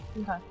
Okay